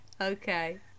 okay